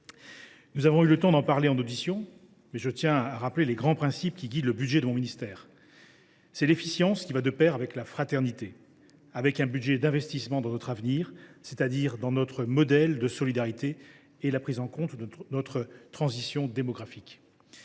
nous avons eu le temps de les évoquer en audition, je tiens à rappeler ici les grands principes qui guident le budget de mon ministère, à savoir l’efficience, qui va de pair avec la fraternité, avec un budget d’investissement dans notre avenir, c’est à dire dans notre modèle de solidarité, et la prise en compte de notre transition démographique.